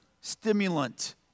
stimulant